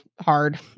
hard